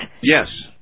Yes